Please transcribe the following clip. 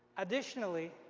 additionally,